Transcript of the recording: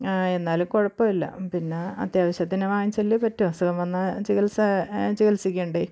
എന്നാലും കുഴപ്പമില്ല പിന്നെ അത്യാവശ്യത്തിന് വാങ്ങിച്ചല്ലേ പറ്റൂ അസുഖം വന്നാൽ ചികിത്സ ചികിത്സിക്കണ്ടേ